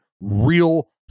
real